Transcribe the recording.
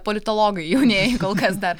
politologai jaunieji kol kas dar